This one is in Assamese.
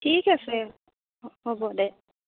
ঠিক আছে হ'ব দে